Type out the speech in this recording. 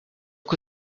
que